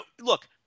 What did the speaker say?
look